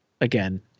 again